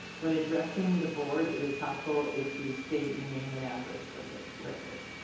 when addressing the board, it is helpful if you state your name and address for the record.